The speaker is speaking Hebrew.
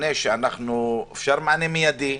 אפשר מענה מיידי.